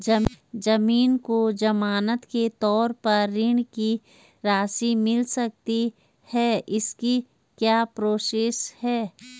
ज़मीन को ज़मानत के तौर पर ऋण की राशि मिल सकती है इसकी क्या प्रोसेस है?